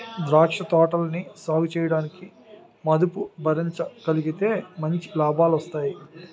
ద్రాక్ష తోటలని సాగుచేయడానికి మదుపు భరించగలిగితే మంచి లాభాలొస్తాయి